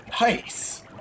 Nice